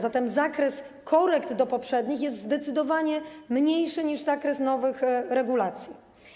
Zatem zakres korekt poprzednich przepisów jest zdecydowanie mniejszy niż zakres nowych regulacji.